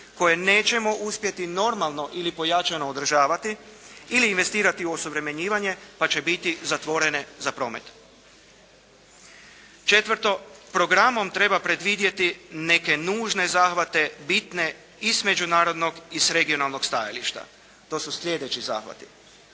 koje nećemo uspjeti normalno ili pojačano održavati ili investirati u osuvremenjivanje pa će biti zatvorene za promet. Četvrto. Programom treba predvidjeti neke nužne zahvate bitne i s međunarodnog i s regionalnog stajališta. To su slijedeći zahvati.